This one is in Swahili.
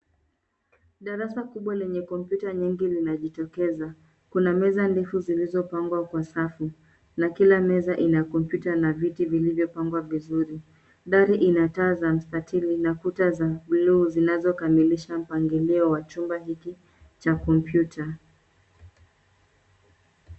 Darasa kubwa lenye kompyuta nyingi linajitokeza. Kuna meza ndefu zilizopangwa kwa safu na kila meza ina kompyuta na viti vilivyopangwa vizuri. Dari ina taa za mstatili na kuta za bluu zinazokamilisha mpangilio wa chumba hiki cha kompyuta.